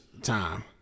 time